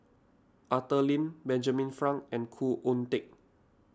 Arthur Lim Benjamin Frank and Khoo Oon Teik